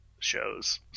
Shows